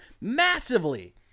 massively